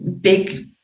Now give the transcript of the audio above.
big